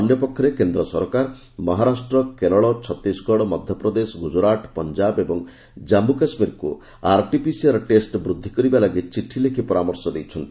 ଅନ୍ୟ ପକ୍ଷରେ କେନ୍ଦ୍ର ସରକାର ମହାରାଷ୍ଟ୍ର କେରଳ ଛତିଶଗଡ଼ ମଧ୍ୟପ୍ରଦେଶ ଗୁଜରାଟ ପଞ୍ଜାବ ଏବଂ ଜାମ୍ଗୁ କାଶ୍ମୀରକୁ ଆର୍ଟିପିସିଆର୍ ଟେଷ୍ଟ ବୃଦ୍ଧି କରିବା ଲାଗି ଚିଠି ଲେଖି ପରାମର୍ଶ ଦେଇଛନ୍ତି